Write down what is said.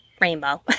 rainbow